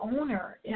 owner